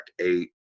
eight